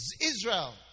Israel